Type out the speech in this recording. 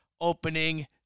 opening